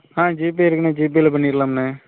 ஆ GPay இருக்குண்ணே ஜிபேயில் பண்ணிடலாமுண்ணே